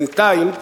בינתיים,